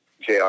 Jr